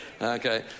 Okay